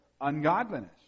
ungodliness